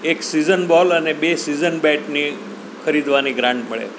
એક season ball અને બે સિઝન બેટની ખરીદવાની ગ્રાન્ટ મળે